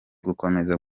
gukomeza